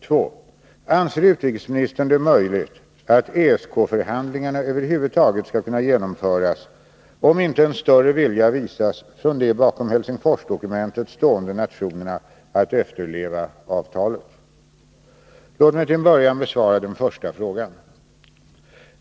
2 Anser utrikesministern det möjligt att ESK-förhandlingarna över huvud taget.skall kunna genomföras, om inte en större vilja visas från de bakom Helsingforsdokumentet stående nationerna att efterleva avtalet? Låt mig till en början besvara den första frågan.